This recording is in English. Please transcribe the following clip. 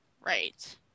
Right